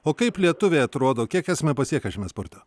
o kaip lietuviai atrodo kiek esame pasiekę šiame sporte